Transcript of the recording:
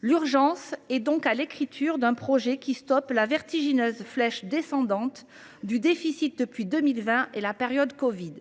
L’urgence est donc à l’écriture d’un projet à même de stopper la vertigineuse flèche descendante du déficit depuis 2020 et la période covid.